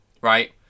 right